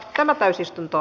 tämä täysistunto